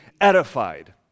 edified